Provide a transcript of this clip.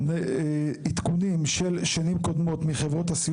גם עדכונים של שנים קודמות מחברות הסיעוד